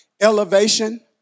Elevation